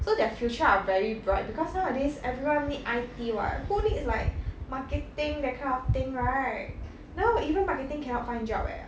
so their future are very bright because nowadays everyone need I_T [what] who needs like marketing that kind of thing right now even marketing cannot find job leh